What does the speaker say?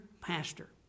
pastor